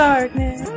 Darkness